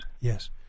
Yes